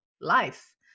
life